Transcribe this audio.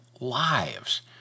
lives